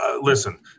listen